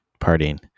partying